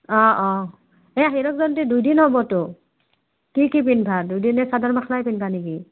অঁ অঁ এই হীৰক জয়ন্তী দুদিন হ'বতো কি কি পিন্ধিবা দুদিনেই চাদৰ মেখেলাই পিন্ধিবা নেকি